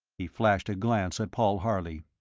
he flashed a glance at paul harley.